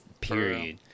period